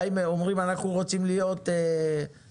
באים ואומרים אנחנו רוצים להיות משתתפים,